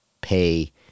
pay